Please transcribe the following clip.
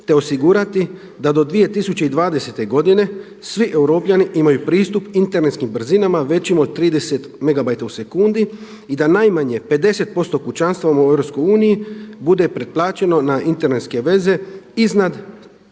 te osigurati da do 2020. godine svi Europljani imaju pristup internetskim brzinama većim od 30 megabajta u sekundi i da najmanje 50% kućanstava u EU bude pretplaćeno na internetske veze iznad